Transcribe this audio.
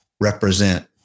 represent